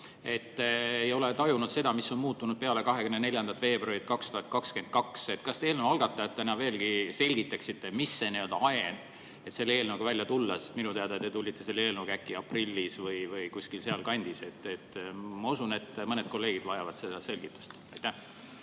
nad ei ole tajunud seda, mis on muutunud peale 24. veebruari 2022. Kas te eelnõu algatajatena veel selgitaksite, mis oli see ajend selle eelnõuga välja tulla? Minu teada te tulite selle eelnõuga välja äkki aprillis või kuskil sealkandis. Ma usun, et mõned kolleegid vajavad selgitust. Aitäh,